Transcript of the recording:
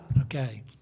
okay